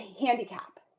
handicap